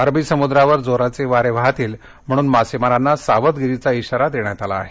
अरबी समुद्रावर जोराचे वारे वाहतील म्हणून मासेमारांना सावधगिरीचा इशारा देण्यात आला आहे